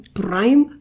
prime